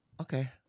Okay